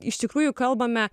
iš tikrųjų kalbame